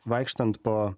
vaikštant po